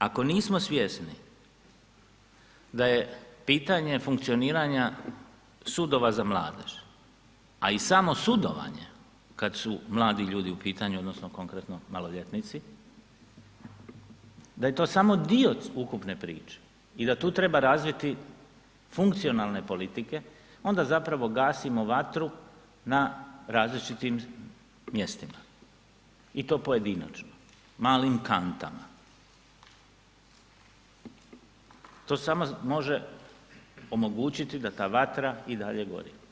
Ako nismo svjesni da je pitanje funkcioniranja sudova za mladež, a i samo sudovanje kad su mladi ljudi u pitanju odnosno konkretno maloljetnici, da je to samo dio ukupne priče i da tu treba razviti funkcionalne politike, onda zapravo gasimo vatru na različitim mjestima i to pojedinačno malim kantama, to samo može omogućiti da ta vatra i dalje gori.